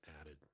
added